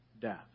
death